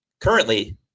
currently